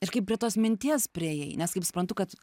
ir kaip prie tos minties priėjai nes kaip suprantu kad